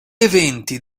eventi